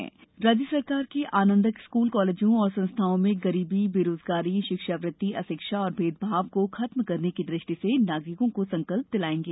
राज्य आनंद संस्थान के आनंदक स्कूल कॉलेजों और संस्थाओं में करीबी बेरोजगारी भिक्षावृति अशिक्षा और भेदभाव को खत्म करने की दृष्टि से नागरिकों को संकल्प दिलायेंगे